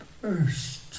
first